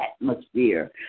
atmosphere